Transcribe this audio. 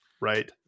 right